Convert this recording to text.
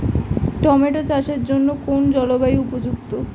Tomato চাষের জন্য কোন জলবায়ু উপযুক্ত?